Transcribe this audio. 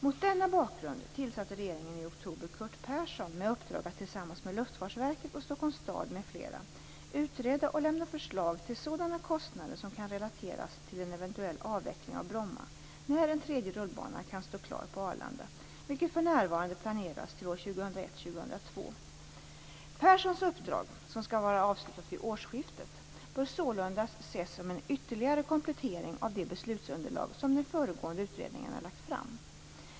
Mot denna bakgrund tillsatte regeringen i oktober Curt Persson med uppdrag att tillsammans med Luftfartsverket och Stockholms stad m.fl. utreda och lämna förslag till sådana kostnader som kan relateras till en eventuell avveckling av Bromma när en tredje rullbana kan stå klar på Arlanda, vilket för närvarande planeras till år 2001-2002. Perssons uppdrag, som skall vara avslutat vid årsskiftet, bör sålunda ses som en ytterligare komplettering av det beslutsunderlag som de föregående utredningarna lagt fram.